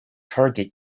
target